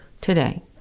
Today